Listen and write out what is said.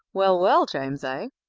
well, well, james a,